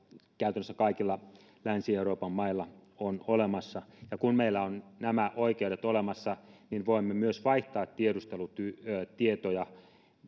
käytännössä kaikilla länsi euroopan maalla on olemassa kun meillä on nämä oikeudet olemassa voimme myös vaihtaa tiedustelutietoja niiden